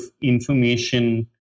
information